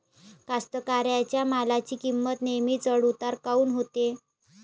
कास्तकाराइच्या मालाची किंमत नेहमी चढ उतार काऊन होते?